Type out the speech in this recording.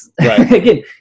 again